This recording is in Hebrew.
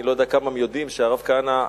אני לא יודע כמה יודעים שהרב כהנא,